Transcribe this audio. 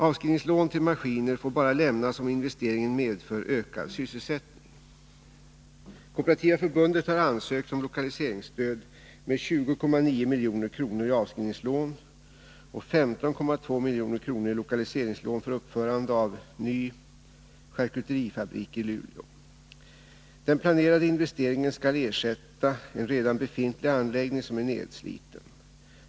Avskrivningslån till maskiner får bara lämnas om investeringen medför ökad sysselsättning. Kooperativa Förbundet har ansökt om lokaliseringsstöd med 20,9 milj.kr. i avskrivningslån och 15,2 milj.kr. i lokaliseringslån för uppförande av en ny charkuterifabrik i Luleå. Den planerade investeringen skall ersätta en redan befintlig anläggning som är nedsliten.